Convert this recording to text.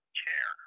chair